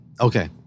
Okay